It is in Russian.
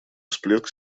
всплеск